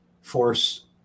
force